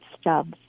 stubs